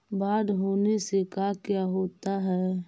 बाढ़ होने से का क्या होता है?